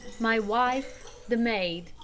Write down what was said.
my wife, the maid,